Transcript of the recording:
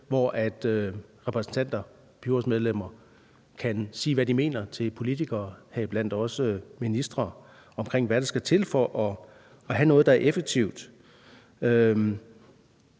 hvor repræsentanter og byrådsmedlemmer kan sige, hvad de mener, til politikere, heriblandt også ministre, omkring, hvad der skal til for at have noget, der er effektivt.